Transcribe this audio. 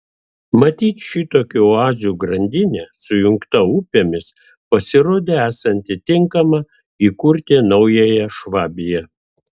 matyt šitokių oazių grandinė sujungta upėmis pasirodė esanti tinkama įkurti naująją švabiją